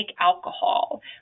alcohol